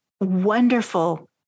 wonderful